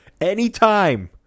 Anytime